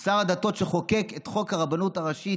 הוא היה שר הדתות שחוקק את חוק הרבנות הראשית